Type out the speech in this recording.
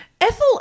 Ethel